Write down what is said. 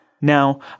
Now